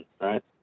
right